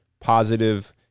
positive